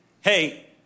hey